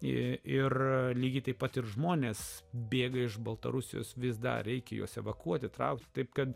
ir lygiai taip pat ir žmonės bėga iš baltarusijos vis dar reikia juos evakuoti traukti taip kad